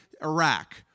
Iraq